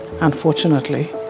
unfortunately